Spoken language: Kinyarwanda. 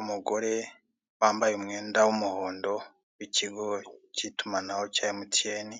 Umugore wambaye umwenda w'umuhondo w'ikigo cy'itumanaho cya emutiyeni,